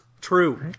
True